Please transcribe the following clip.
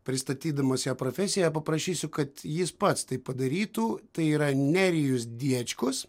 pristatydamas ją profesiją paprašysiu kad jis pats tai padarytų tai yra nerijus diečkus